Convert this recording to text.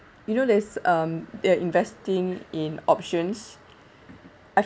you know there's um they are investing in options I